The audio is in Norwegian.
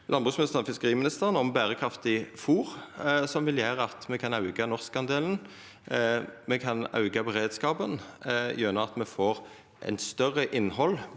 landbruksministeren og fiskeriministeren om berekraftig fôr, som vil gjera at me kan auka norskandelen. Me kan auka beredskapen gjennom at me får eit større innhald